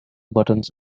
buttons